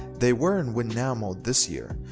they were in win now mode this year,